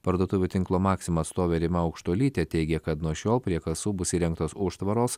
parduotuvių tinklo maxima atstovė rima aukštuolytė teigė kad nuo šiol prie kasų bus įrengtos užtvaros